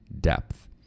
depth